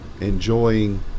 enjoying